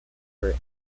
for